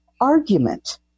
argument